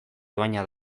dohaina